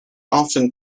often